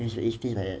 it it tastes like that